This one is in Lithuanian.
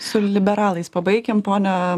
su liberalais pabaikim pone